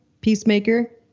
Peacemaker